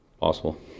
Possible